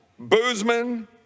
boozman